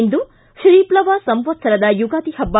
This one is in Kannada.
ಇಂದು ತ್ರೀ ಪ್ಲವ ಸಂವತ್ವರದ ಯುಗಾದಿ ಹಬ್ಲ